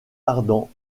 ardan